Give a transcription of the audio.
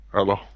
Hello